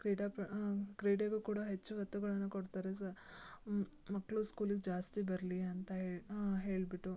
ಕ್ರೀಡಾ ಪ ಕ್ರೀಡೆಗೂ ಕೂಡ ಹೆಚ್ಚು ಒತ್ತುಗಳನ್ನು ಕೊಡ್ತಾರೆ ಸಹ ಮಕ್ಕಳು ಸ್ಕೂಲಿಗೆ ಜಾಸ್ತಿ ಬರಲಿ ಅಂತ ಹೇಳಿಬಿಟ್ಟು